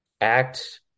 act